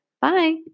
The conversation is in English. Bye